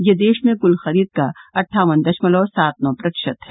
यह देश में कुल खरीद का अट्ठावन दशमलव सात नौ प्रतिशत है